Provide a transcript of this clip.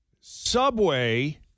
Subway